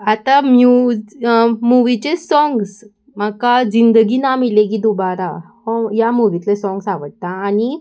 आतां म्युज मुवीचे सॉंग्स म्हाका जिंदगी ना मिलेगी दुबारा हो ह्या मुवींतले सॉंग्स आवडटा आनी